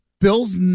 bills